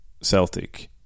Celtic